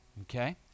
okay